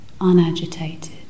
Unagitated